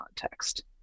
context